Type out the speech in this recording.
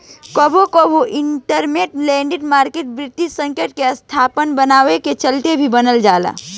कबो कबो इंटरमेंट लैंडिंग मार्केट वित्तीय संकट के स्थिति बनला के चलते भी बन जाला